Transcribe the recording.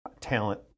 talent